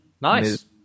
Nice